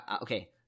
okay